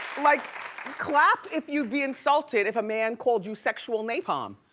like clap if you'd be insulted if a man called you sexual napalm.